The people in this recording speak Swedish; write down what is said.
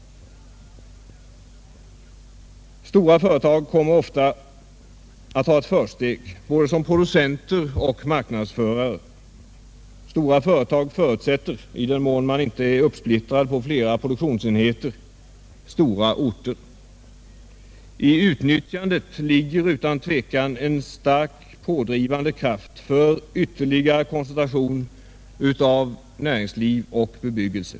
Stora företag kommer ofta att ha ett försteg, både som producenter och som marknadsförare. Deras förutsättning — i den mån man inte är uppsplittrad på flera produktionsenheter — är stora orter. I utnyttjandet ligger utan tvekan en starkt pådrivande kraft för ytterligare koncentration av näringsliv och bebyggelse.